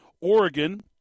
Oregon